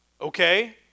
okay